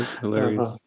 hilarious